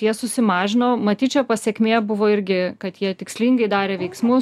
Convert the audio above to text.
jie susimažino matyt čia pasekmė buvo irgi kad jie tikslingai darė veiksmus